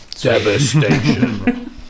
devastation